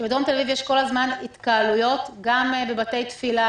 שבדרום תל אביב יש כל זמן התקהלויות גם בבתי תפילה,